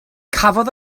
cafodd